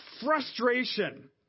frustration